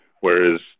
Whereas